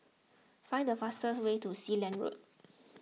find the fastest way to Sealand Road